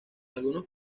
algunos